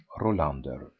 Rolander